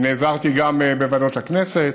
ונעזרתי גם בוועדות הכנסת